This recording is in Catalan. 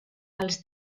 als